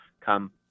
come